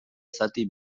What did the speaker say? zati